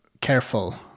careful